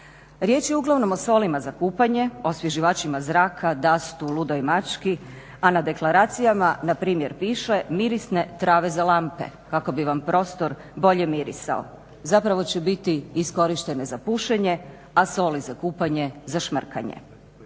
Riječ je uglavnom o solima za kupanje, osvježivačima zraka, dastu, ludoj mački, a na deklaracijama npr. piše mirisne trave za lampe kako bi vam prostor bolje mirisao. Zapravo će biti iskorištene za pušenje, a soli za kupanje za šmrkanje.